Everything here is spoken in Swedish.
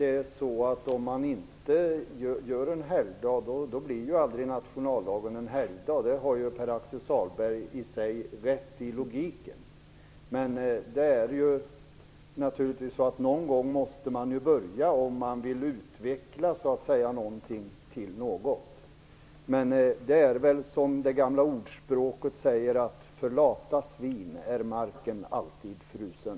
Fru talman! Om man inte gör en helgdag blir aldrig nationaldagen en helgdag. Pär-Axel Sahlberg har ju rätt i den logiken. Men någon gång måste man ju börja om man vill utveckla någonting till något. Det är väl som det gamla ordspråket säger: För lata svin är marken alltid frusen.